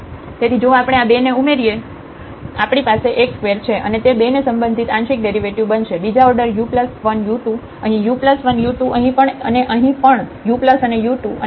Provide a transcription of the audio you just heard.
તેથી જો આપણે આ બે ને ઉમેરીએ તેથી આપણી પાસે x2 છે અને તે 2 ને સંબંધિત આંશિક ડેરિવેટિવ બનશે બીજા ઓર્ડર u1u2 અહીં u1u2 અહીં પણ અને અહીં પણ u1u2 અને આ z છે